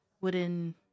wooden